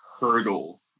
hurdle